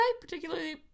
particularly